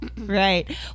right